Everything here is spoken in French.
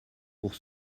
pour